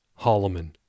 Holloman